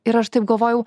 ir aš taip galvojau